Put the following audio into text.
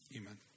Amen